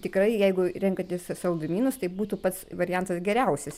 tikrai jeigu renkatės saldumynus tai būtų pats variantas geriausias